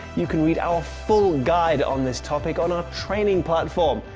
you can read our full guide on this topic on our training platform.